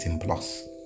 plus